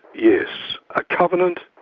yes. a covenant?